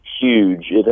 huge